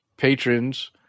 patrons